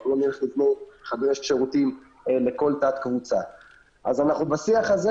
אז אנחנו בשיח הזה.